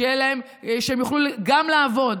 שיוכלו גם לעבוד,